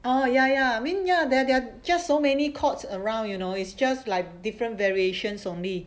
oh ya ya I mean ya there there are just so many chords around you know it's just like different variations only